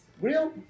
Real